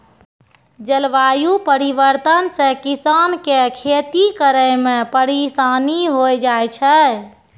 जलवायु परिवर्तन से किसान के खेती करै मे परिसानी होय जाय छै